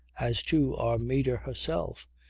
as to armida, herself,